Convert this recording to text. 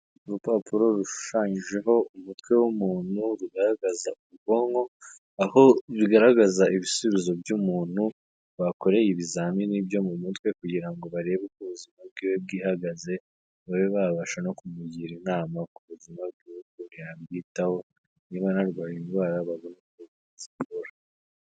Urupapuro rushushanyijeho umutwe w'umuntu rugaragaza ubwonko, aho bigaragaza ibisubizo by'umuntu bakoreye ibizamini byo mu mutwe kugira ngo barebe ubuzima bw'iwe uko buhagaze babe babasha no kumugira inama ku buzima yabyitaho niba anarwaye indwara bazivura.